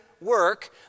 work